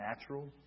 natural